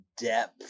depth